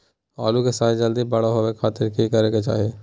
आलू के साइज जल्दी बड़ा होबे खातिर की करे के चाही?